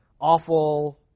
awful